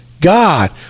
God